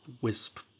wisp